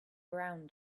brown